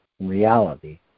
reality